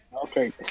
Okay